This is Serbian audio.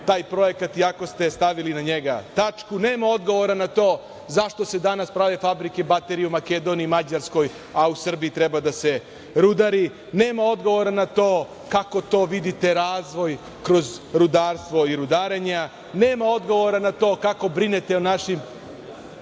taj projekat i ako ste stavili na njega tačku? Nema odgovora na to - zašto se danas prave fabrike baterija u Makedoniji, Mađarskoj, a u Srbiji treba da se rudari? Nema odgovora na to - kako to vidite razvoj kroz rudarstvo i rudarenja? Nema odgovora na to - kako brinete o našim